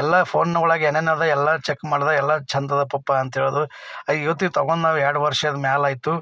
ಎಲ್ಲ ಫೋನ್ನಾ ಒಳಗೆ ಏನೇನು ಅದ ಎಲ್ಲ ಚೆಕ್ ಮಾಡಿದ ಎಲ್ಲ ಚೆಂದ ಅದ ಪಪ್ಪಾ ಅಂತ ಹೇಳ್ದು ಇವತ್ತಿಗೆ ತಗೊಂಡು ನಾವು ಎರಡು ವರ್ಷದ ಮ್ಯಾಲ ಆಯಿತು